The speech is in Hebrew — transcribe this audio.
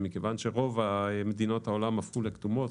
ומכיוון שרוב מדינות העולם הפכו לכתומות,